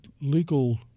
legal